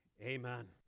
Amen